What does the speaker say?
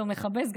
לא מכבס,